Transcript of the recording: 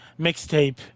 mixtape